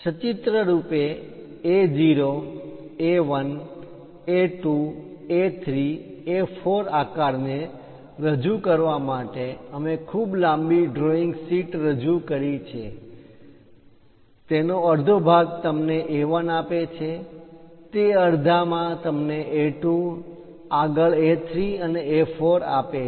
સચિત્ર રૂપે A0 A1 A2 A3 A4 આકારને રજૂ કરવા માટે અમે ખૂબ લાંબી ડ્રોઈંગ શીટ રજૂ કરી છે તેનો અડધો ભાગ તમને A1 આપે છે તે અડધા માં તમને A2 આગળ A3 અને A4 આપે છે